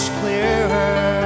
clearer